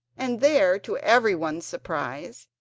and there, to everyone's surprise,